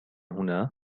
هنا